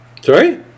Sorry